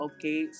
Okay